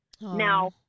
Now